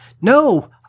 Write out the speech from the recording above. No